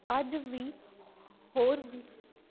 ਅੱਜ ਵੀ ਹੋਰ ਵੀ